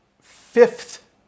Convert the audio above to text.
fifth